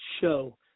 show